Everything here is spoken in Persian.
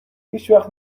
هیچوقت